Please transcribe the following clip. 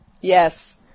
Yes